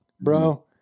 bro